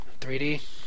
3D